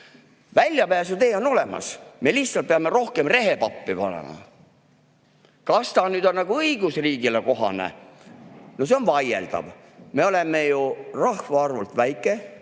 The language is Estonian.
Väljapääsutee on olemas. Me lihtsalt peame rohkem rehepappi panema. Kas see on õigusriigile kohane, see on vaieldav. Me oleme ju rahvaarvult väike,